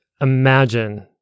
imagine